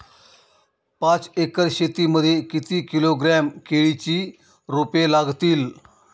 पाच एकर शेती मध्ये किती किलोग्रॅम केळीची रोपे लागतील?